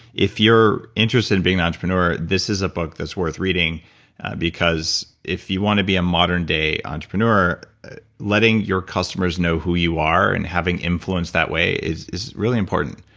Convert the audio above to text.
if you're interested in being an entrepreneur, this is a book worth reading because if you want to be a modern day entrepreneur letting your customers know who you are and having influence that way is is really important,